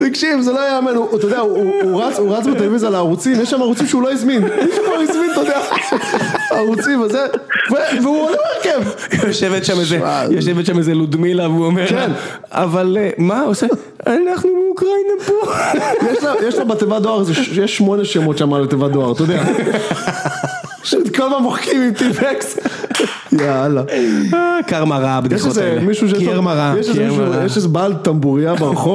תקשיב זה לא היה מה... הוא, אתה יודע, הוא רץ, הוא רץ בטלוויזה על הערוצים, יש שם ערוצים שהוא לא הזמין. מישהו לא הזמין, אתה יודע. ערוצים, וזה... והוא עולה להרכב. יושבת שם איזה... יושבת שם איזה לודמילה, והוא אומר... כן. אבל... מה עושה? אנחנו מאוקראינה פה. יש לה, יש לה בתיבת דואר, יש שמונה שמות שם על התיבת דואר, אתה יודע. שאת כל פעם מוחקים עם טיפקס. יאללה. קרמה רעה, בדיחות האלה. קרמה רעה. יש איזה בעל טמבוריה ברחוב.